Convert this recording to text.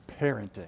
parenting